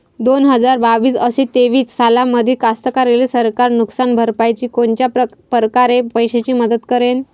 दोन हजार बावीस अस तेवीस सालामंदी कास्तकाराइले सरकार नुकसान भरपाईची कोनच्या परकारे पैशाची मदत करेन?